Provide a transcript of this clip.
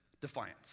defiance